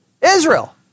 Israel